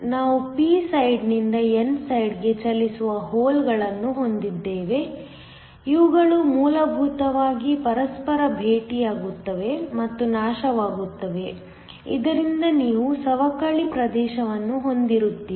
ನಾವು p ಸೈಡ್ನಿಂದ n ಸೈಡ್ಗೆ ಚಲಿಸುವ ಹೋಲ್ಗಳನ್ನು ಹೊಂದಿದ್ದೇವೆ ಇವುಗಳು ಮೂಲಭೂತವಾಗಿ ಪರಸ್ಪರ ಭೇಟಿಯಾಗುತ್ತವೆ ಮತ್ತು ನಾಶವಾಗುತ್ತವೆ ಇದರಿಂದ ನೀವು ಸವಕಳಿ ಪ್ರದೇಶವನ್ನು ಹೊಂದಿರುತ್ತೀರಿ